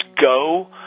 go